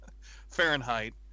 Fahrenheit